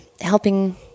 helping